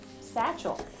satchel